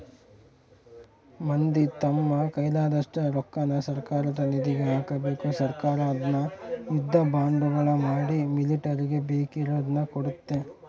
ಮಂದಿ ತಮ್ಮ ಕೈಲಾದಷ್ಟು ರೊಕ್ಕನ ಸರ್ಕಾರದ ನಿಧಿಗೆ ಹಾಕಬೇಕು ಸರ್ಕಾರ ಅದ್ನ ಯುದ್ಧ ಬಾಂಡುಗಳ ಮಾಡಿ ಮಿಲಿಟರಿಗೆ ಬೇಕಿರುದ್ನ ಕೊಡ್ತತೆ